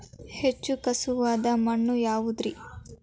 ಹೆಚ್ಚು ಖಸುವಾದ ಮಣ್ಣು ಯಾವುದು ರಿ?